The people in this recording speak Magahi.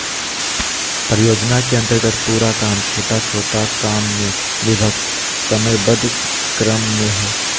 परियोजना के अन्तर्गत पूरा काम छोटा छोटा काम में विभक्त समयबद्ध क्रम में हइ